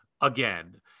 again